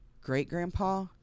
great-grandpa